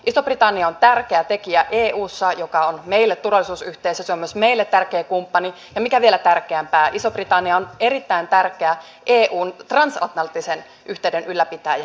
iso britannia on tärkeä tekijä eussa joka on meille turvallisuusyhteisö se on myös meille tärkeä kumppani ja mikä vielä tärkeämpää iso britannia on erittäin tärkeä eun transatlanttisen yhteyden ylläpitäjä